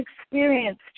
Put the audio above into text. experience